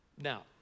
Now